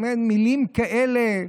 מילים כאלה,